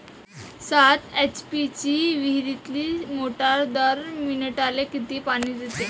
सात एच.पी ची विहिरीतली मोटार दर मिनटाले किती पानी देते?